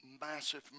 massive